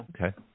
Okay